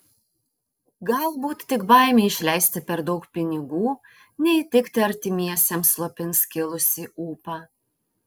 galbūt tik baimė išleisti per daug pinigų neįtikti artimiesiems slopins kilusį ūpą